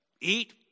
eat